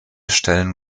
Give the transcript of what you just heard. stellen